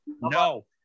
No